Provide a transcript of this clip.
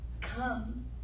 come